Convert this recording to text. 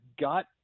got